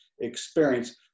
experience